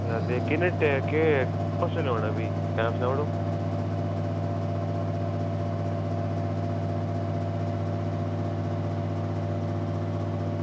ते किन्ने केह् लेऔना भाई नांऽ सनाई ओड़ो भी